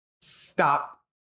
stop